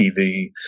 tv